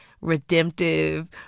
redemptive